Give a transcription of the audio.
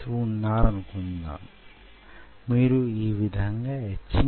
తగినంత మాధ్యమం కప్పేలా దాన్ని వుంచండి